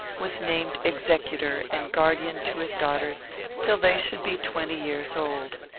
was named executor, and guardian to his daughters till they should be twenty years old.